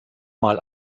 mal